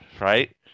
right